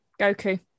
Goku